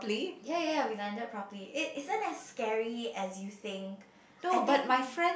ya ya ya we landed properly it isn't that scary as you think I think